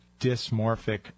dysmorphic